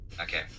Okay